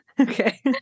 Okay